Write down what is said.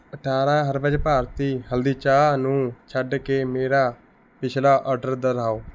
ਅਠਾਰਾਂ ਹਰਬਜ਼ ਭਾਰਤੀ ਹਲਦੀ ਚਾਹ ਨੂੰ ਛੱਡ ਕੇ ਮੇਰਾ ਪਿਛਲਾ ਆਰਡਰ ਦੁਹਰਾਓ